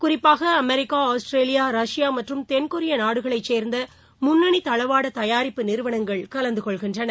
குறிப்பாக America Australia Russia மற்றும் தென்கொரிய நாடுகளைச் சேர்ந்த முன்னணி தளவாட தயாரிப்பு நிறுவனங்கள் கலந்துகொள்கின்றன